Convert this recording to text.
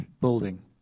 building